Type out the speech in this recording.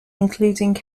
including